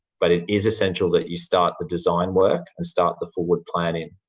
but it is essential that you start the design work and start the forward planning,